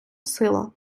сила